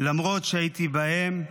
/ למרות שהייתי בהם,